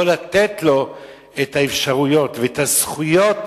לא לתת לו את האפשרויות והזכויות